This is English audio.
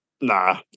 Nah